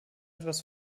etwas